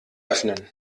öffnen